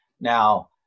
now